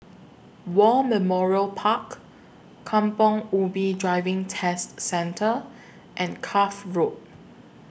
War Memorial Park Kampong Ubi Driving Test Centre and Cuff Road